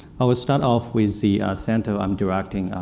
i will start off with the center i'm directing,